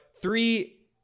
three